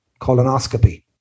colonoscopy